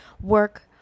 work